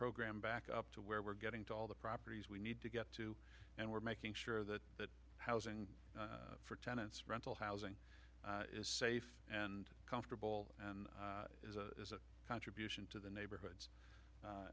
program back up to where we're getting to all the properties we need to get to and we're making sure that that housing for tenants rental housing is safe and comfortable and is a contribution to the neighborhoods a